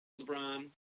LeBron